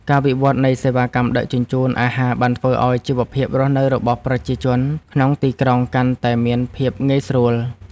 ការវិវត្តនៃសេវាកម្មដឹកជញ្ជូនអាហារបានធ្វើឱ្យជីវភាពរស់នៅរបស់ប្រជាជនក្នុងទីក្រុងកាន់តែមានភាពងាយស្រួល។